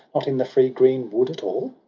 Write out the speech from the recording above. not in the free green wood at all?